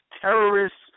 terrorists